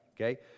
Okay